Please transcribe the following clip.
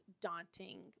daunting